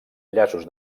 llaços